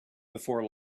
before